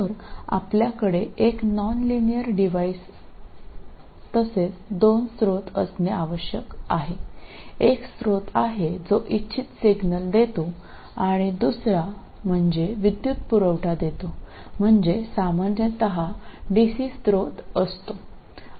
तर आपल्याकडे एक नॉनलिनियर डिव्हाइस तसेच दोन स्रोत असणे आवश्यक आहे एक स्त्रोत आहे जो इच्छित सिग्नल देतो आणि दुसरा म्हणजे विद्युत पुरवठा देतो म्हणजे सामान्यत डीसी स्त्रोत असतो